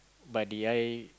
but did I